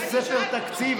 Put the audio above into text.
יש ספר תקציב,